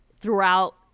throughout